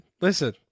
listen